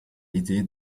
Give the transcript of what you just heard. idee